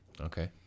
Okay